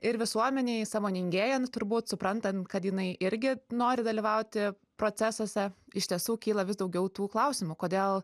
ir visuomenei sąmoningėjant turbūt suprantant kad jinai irgi nori dalyvauti procesuose iš tiesų kyla vis daugiau tų klausimų kodėl